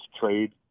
trade